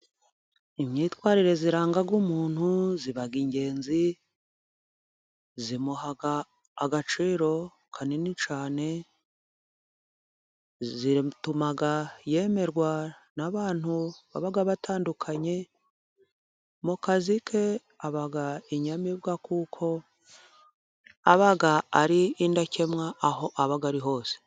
Imyitwarire iranga umuntu iba ingenzi, imuha agaciro kanini cyane, ituma yemerwa n'abantu baba batandukanye, mu kazi ke aba inyamibwa kuko aba ari indakemwa aho aba ari hose.